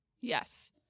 Yes